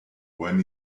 when